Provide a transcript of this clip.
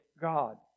God